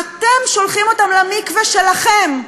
אתם שולחים אותם למקווה שלכם.